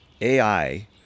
AI